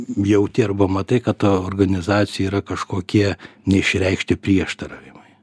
jauti arba matai kad ta organizacijoj yra kažkokie neišreikšti prieštaravimai